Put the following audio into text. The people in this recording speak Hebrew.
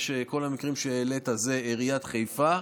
כל המקרים שהעלית זה עיריית חיפה,